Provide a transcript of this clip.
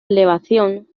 elevación